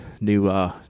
new